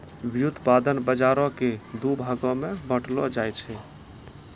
व्युत्पादन बजारो के दु भागो मे बांटलो जाय छै